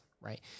right